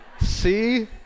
See